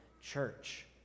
church